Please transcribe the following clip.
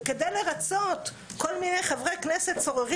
וכדי לרצות כל מיני חברי כנסת סוררים